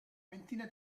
ventina